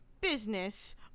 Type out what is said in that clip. business